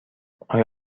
آیا